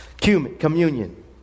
Communion